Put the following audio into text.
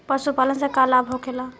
पशुपालन से का लाभ होखेला?